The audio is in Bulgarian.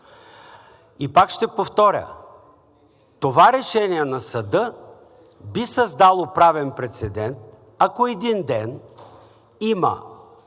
И пак ще повторя. Това решение на съда би създало правен прецедент, ако един ден има